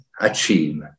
achieve